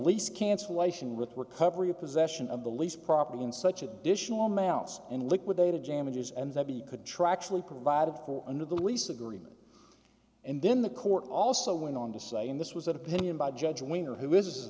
lease cancellation with recovery of possession of the lease property and such additional amounts and liquidated damages and they could try actually provided for under the lease agreement and then the court also went on to say and this was an opinion by judge winner who is